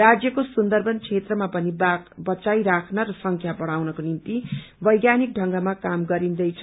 राज्यको सुन्दरवन क्षेत्रमा पनि बाघ बचाई राख्न र संख्या बढ़ाउनको निम्ति बैज्ञानिक ढ़ंगमा काम गरिन्दैछ